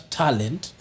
talent